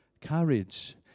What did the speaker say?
courage